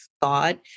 thought